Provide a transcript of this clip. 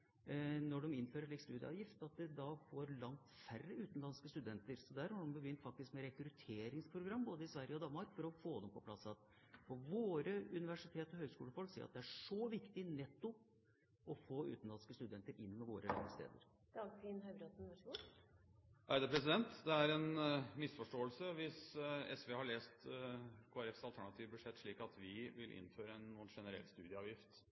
de innførte en slik studieavgift, fikk man langt færre utenlandske studenter. Både i Sverige og i Danmark har de begynt med rekrutteringsprogrammer for å få dem på plass igjen. Og våre universitets- og høyskolefolk sier at det er viktig nettopp å få utenlandske studenter inn ved våre læresteder. Det er en misforståelse hvis SV har lest Kristelig Folkepartis alternative budsjett slik at vi vil innføre en generell studieavgift